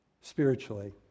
spiritually